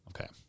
Okay